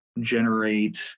generate